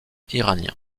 iranien